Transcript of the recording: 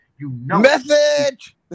Message